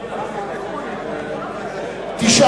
בל"ד רע"ם-תע"ל חד"ש להביע אי-אמון בממשלה לא נתקבלה.